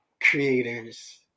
creators